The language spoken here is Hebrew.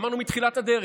אמרנו מתחילת הדרך: